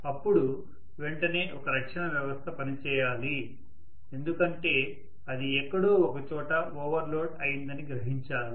అప్పుడు వెంటనే ఒక రక్షణ వ్యవస్థ పని చేయాలి ఎందుకంటే అది ఎక్కడో ఒక చోట ఓవర్ లోడ్ అయిందని గ్రహించాలి